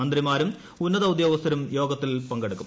മന്ത്രിമാരും ഉന്നത ഉദ്യോഗസ്ഥരും യോഗത്തിൽ പങ്കെടുക്കും